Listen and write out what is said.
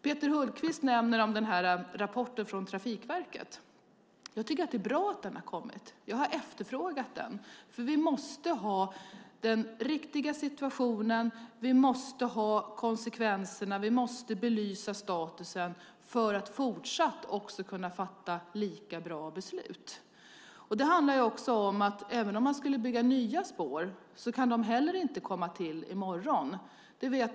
Peter Hultqvist nämner rapporten från Trafikverket. Jag tycker att det är bra att den har kommit. Jag har efterfrågat den. Vi måste ha den riktiga situationen klar för oss. Vi måste se konsekvenserna. Vi måste belysa statusen för att fortsatt också kunna fatta lika bra beslut. Det handlar också om att även om man skulle bygga nya spår kan de heller inte komma till i morgon.